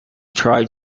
try